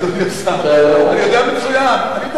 אתה יודע כמה עולה דונם אדמה במקום שאין בו